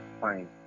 fine